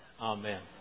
Amen